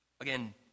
Again